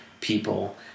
people